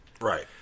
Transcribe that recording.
Right